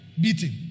beating